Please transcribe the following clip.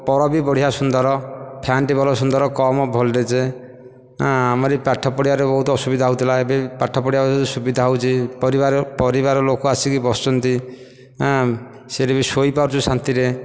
ପର ବି ବଢ଼ିଆ ସୁନ୍ଦର ଫ୍ୟାନଟି ଭଲ ସୁନ୍ଦର କମ୍ ଭୋଲଡେଜ୍ ଆମରି ପାଠ ପଢ଼ିବାରେ ବହୁତ ଅସୁବିଧା ହେଉଥିଲା ଏବେ ପାଠ ପଢ଼ିବା ସୁବିଧା ହେଉଛି ପରିବାର ପରିବାର ଲୋକ ଆସିକି ବସୁଛନ୍ତି ସିଆଡ଼େ ବି ଶୋଇପାରୁଛୁ ଶାନ୍ତିରେ